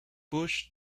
bush